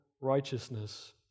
righteousness